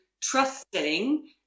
trusting